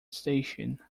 station